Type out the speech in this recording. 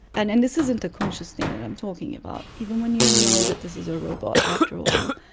and and this isn't a conscious thing that i'm talking about. even when you know that this is a robot after a while,